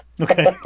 Okay